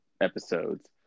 episodes